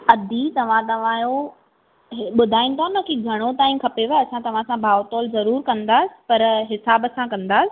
अदी तव्हां तव्हांजो बुधाईंदा न कि घणो टाइम खपेव असां तव्हां सां भाव तोल ज़रूरु कंदासि पर हिसाब सां कंदासि